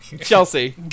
Chelsea